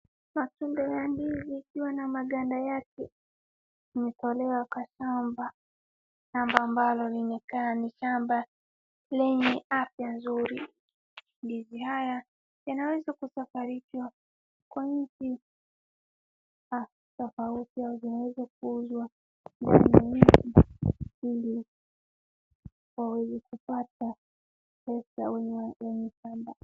Matunda ya ndizi ikiwa na maganda yake imetolewa kwa shamba, shamba ambalo linakaa ni shamba lenye afya nzuri. Ndizi haya yanaweza kusafirisha kwa nchi tofauti au zinaweza kuuzwa ndani ya nchi ili waweze kupata pesa wenye shamba.